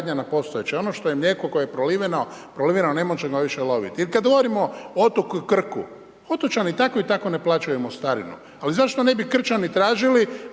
nad postojeći. Ono što je mlijeko koje je proliveno, proliveno ne možemo već loviti. Ili kada govorimo o otoku Krku, otočani tako i tako ne plaćaju mostarinu ali zašto ne bi Krčani tražili